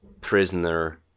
prisoner